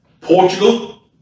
Portugal